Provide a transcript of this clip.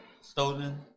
Stolen